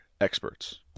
experts